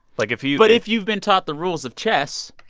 like, if you've. but if you've been taught the rules of chess,